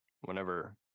Whenever